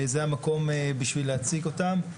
זה המקום להציג אותם.